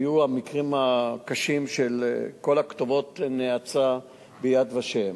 היו המקרים הקשים של כל כתובות הנאצה ב"יד ושם",